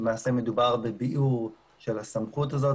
למעשה מדובר בביאור של הסמכות הזאת,